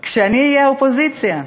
כשתהיי באופוזיציה תביני.